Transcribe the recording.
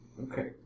Okay